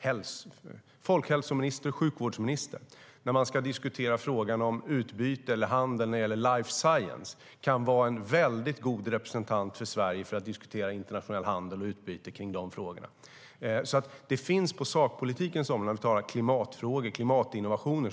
person. Låt oss ta exemplet folkhälsominister och sjukvårdsminister som ska diskutera frågan om utbyte eller handel gällande life science. Han eller hon kan vara en mycket god representant för Sverige när det gäller att diskutera internationell handel och utbyte kring sådana frågor. På sakpolitikens områden kan vi tala om klimatfrågor, klimatinnovationer.